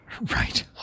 Right